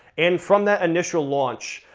and from that initial launch,